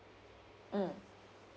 mm